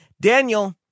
Daniel